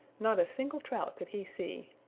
not a single trout could he see.